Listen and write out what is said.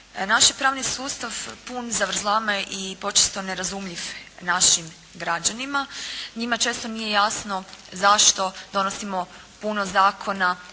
Naš je pravni sustav pun zavrzlame i počesto nerazumljiv našim građanima, njima često nije jasno zašto donosimo puno zakona,